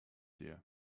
here